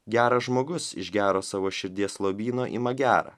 geras žmogus iš gero savo širdies lobyno ima gerą